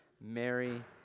Mary